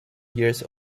years